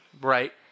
Right